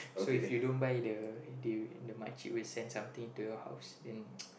so if you don't the they will makcik will send something to your house then